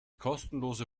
kostenlose